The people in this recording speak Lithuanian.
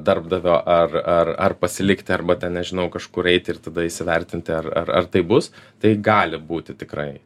darbdavio ar ar ar pasilikti arba ten nežinau kažkur eiti ir tada įsivertinti ar ar ar taip bus tai gali būti tikrai